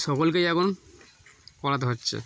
সকলকেই এমন করাতে হচ্ছে